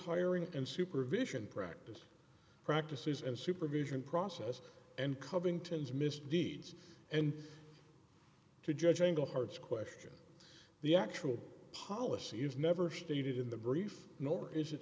hiring and supervision practices practices and supervision process and covington's misdeeds and to judge engelhard question the actual policy is never stated in the brief nor is it